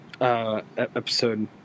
episode